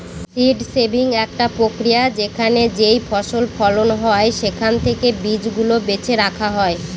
seed saving একটা প্রক্রিয়া যেখানে যেইফসল ফলন হয় সেখান থেকে বীজ গুলা বেছে রাখা হয়